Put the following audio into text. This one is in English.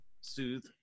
soothe